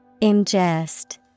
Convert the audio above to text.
Ingest